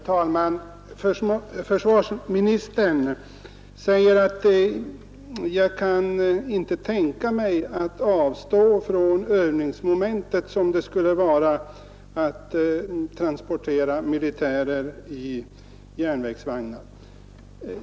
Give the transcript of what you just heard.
Herr talman! Försvarsministern säger att man inte kan tänka sig att avstå från det övningsmoment som det skulle vara att transportera militär i järnvägsvagnar.